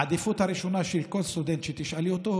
העדיפות הראשונה של כל סטודנט שתשאלי אותו,